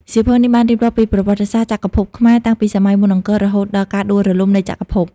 សៀវភៅនេះបានរៀបរាប់ពីប្រវត្តិសាស្ត្រចក្រភពខ្មែរតាំងពីសម័យមុនអង្គររហូតដល់ការដួលរលំនៃចក្រភព។